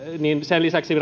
myös sen lisäksi